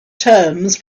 terms